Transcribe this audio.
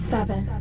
Seven